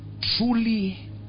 truly